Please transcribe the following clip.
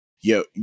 yo